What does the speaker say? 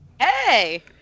Hey